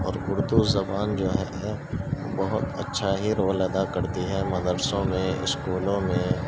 اور اردو زبان جو ہے ہے بہت اچھا ہی رول ادا کرتی ہے مدرسوں میں اسکولوں میں